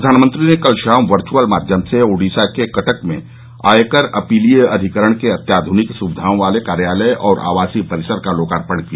प्रधानमंत्री ने कल शाम वर्चुअल माध्यम से ओडिसा के कटक में आयकर अपीलीय अधिकरण के अत्याधुनिक सुविधाओं वाले कार्यालय और आवासीय परिसर का लोकार्पण किया